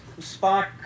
Spock